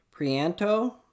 prianto